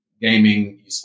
Gaming